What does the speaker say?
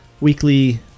weekly